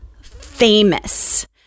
famous